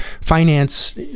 finance